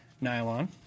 nylon